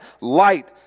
light